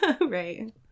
Right